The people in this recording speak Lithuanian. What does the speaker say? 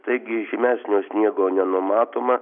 taigi žymesnio sniego nenumatoma